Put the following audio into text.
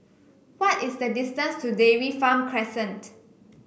why is the distance to Dairy Farm Crescent